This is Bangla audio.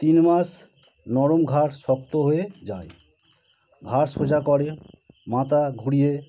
তিন মাস নরম ঘাড় শক্ত হয়ে যায় ঘাড় সোজা করে মাথা ঘুরিয়ে